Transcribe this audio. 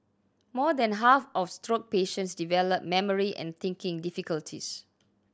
more than half of stroke patients develop memory and thinking difficulties